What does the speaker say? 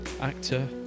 actor